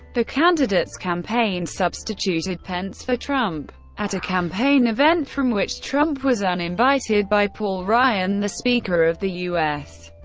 the candidate's campaign substituted pence for trump at a campaign event from which trump was uninvited by paul ryan, the speaker of the u. s.